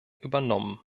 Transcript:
übernommen